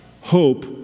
hope